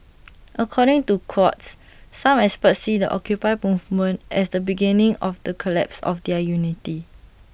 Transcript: according to Quartz some experts see the occupy movement as the beginning of the collapse of their unity